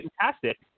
fantastic